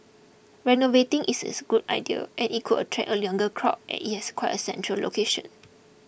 renovating it is a good idea and it could attract a younger crowd as it has quite a central location